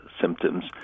symptoms